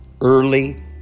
early